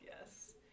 Yes